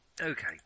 Okay